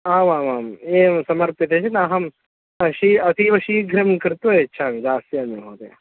आमामाम् एवं समर्प्यते चेत् अहं शी अतीवशीघ्रं कृत्वा यच्छामि दास्यामि महोदय